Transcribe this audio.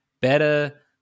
better